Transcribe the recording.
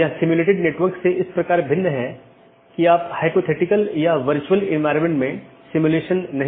तो मुख्य रूप से ऑटॉनमस सिस्टम मल्टी होम हैं या पारगमन स्टब उन परिदृश्यों का एक विशेष मामला है